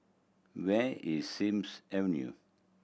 where is Sims Avenue